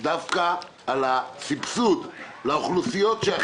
אני קובע ישיבה ביום שלישי הבא על שני הנושאים שעלו